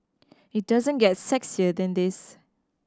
it doesn't get sexier than this